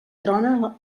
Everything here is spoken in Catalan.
trona